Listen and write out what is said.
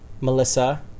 Melissa